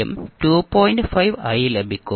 5 ആയി ലഭിക്കും